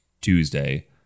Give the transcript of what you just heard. Tuesday